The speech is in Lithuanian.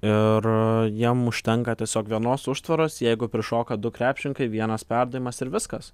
ir jiem užtenka tiesiog vienos užtvaros jeigu prišoka du krepšininkai vienas perdavimas ir viskas